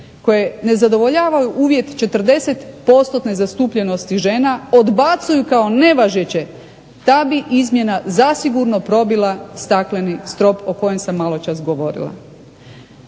koje ne zadovoljavaju uvjet 40%-tne zastupljenosti žena odbacuju kao nevažeće, ta bi izmjena zasigurno probila stakleni strop o kojem sam maločas govorila.